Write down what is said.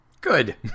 Good